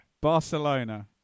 Barcelona